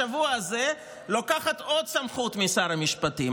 בשבוע הזה לוקחת עוד סמכות משר המשפטים,